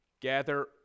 Gather